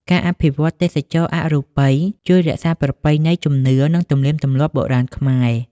ការអភិវឌ្ឍទេសចរណ៍អរូបី ជួយរក្សារប្រពៃណីជំនឿ និងទំនៀមទម្លាប់បុរាណខ្មែរ។